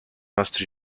nostri